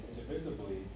indivisibly